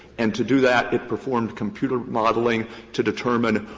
and to do that, it performed computer modeling to determine,